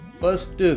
first